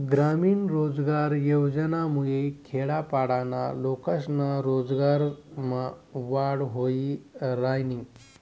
ग्रामीण रोजगार योजनामुये खेडापाडाना लोकेस्ना रोजगारमा वाढ व्हयी रायनी